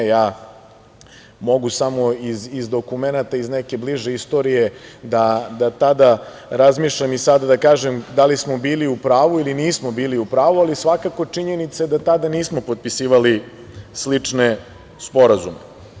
Ja mogu samo iz dokumenata iz neke bliže istorije da tada razmišljam i sada da kažem da li smo bili u pravu ili nismo bili u pravu, ali svakako činjenica je da tada nismo potpisivali slične sporazume.